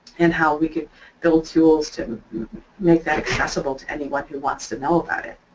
and how we could build tools to like that accessible to anyone who wants to know about it.